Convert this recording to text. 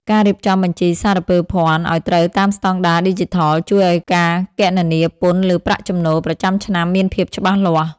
ការរៀបចំបញ្ជីសារពើភ័ណ្ឌឱ្យត្រូវតាមស្តង់ដារឌីជីថល ជួយឱ្យការគណនាពន្ធលើប្រាក់ចំណូលប្រចាំឆ្នាំមានភាពច្បាស់លាស់។